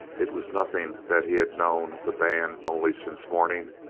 it was nothing that he had known the band only since morning.